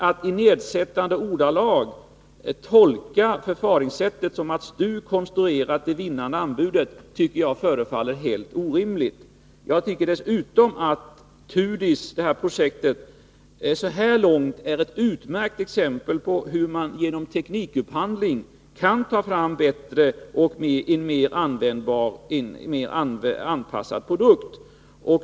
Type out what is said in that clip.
Att i nedsättande ordalag tolka förfaringssättet som att STU konstruerat det vinnande anbudet förefaller helt orimligt. Jag tycker dessutom att detta projekt, TUDIS-projektet, hittills är ett utmärkt exempel på hur man genom teknikupphandling kan ta fram en bättre och mer anpassad produkt.